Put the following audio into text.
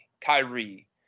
Kyrie